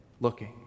looking